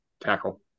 tackle